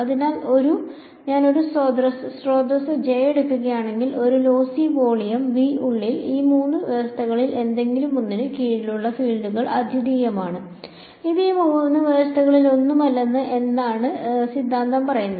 അതിനാൽ ഞാൻ ഒരു സ്രോതസ്സ് J എടുക്കുകയാണെങ്കിൽ ഒരു ലോസി വോളിയം V ഉള്ളിൽ ഈ മൂന്ന് വ്യവസ്ഥകളിൽ ഏതെങ്കിലുമൊന്നിന് കീഴിലുള്ള ഫീൽഡുകൾ അദ്വിതീയമാണ് ഇത് ഈ മൂന്ന് വ്യവസ്ഥകളിൽ ഒന്നുമല്ലെന്ന് എന്താണ് സിദ്ധാന്തം പറയുന്നത്